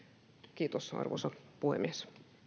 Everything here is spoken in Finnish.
kiitos arvoisa puhemies